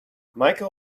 michael